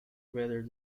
rather